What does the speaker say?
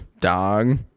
dog